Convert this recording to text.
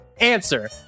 answer